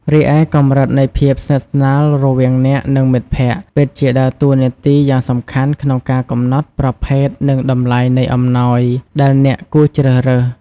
រីឯកម្រិតនៃភាពស្និទ្ធស្នាលរវាងអ្នក និងមិត្តភ័ក្តិ ពិតជាដើរតួនាទីយ៉ាងសំខាន់ក្នុងការកំណត់ ប្រភេទ និងតម្លៃនៃអំណោយ ដែលអ្នកគួរជ្រើសរើស។